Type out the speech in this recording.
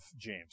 James